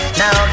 now